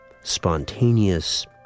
spontaneous